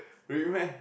really meh